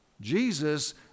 jesus